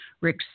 Rick